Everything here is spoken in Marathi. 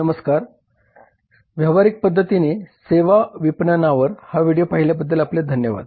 नमस्कार व्यावहारिक पद्धतीने सेवा विपणनावर हा व्हिडिओ पाहिल्याबद्दल धन्यवाद